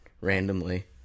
randomly